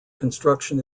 construction